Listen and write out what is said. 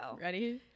Ready